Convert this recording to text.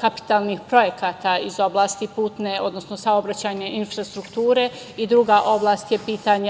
kapitalnih projekata iz oblasti putne, odnosno saobraćajne infrastrukture i druga oblast je pitanje,